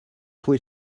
pwy